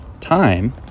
time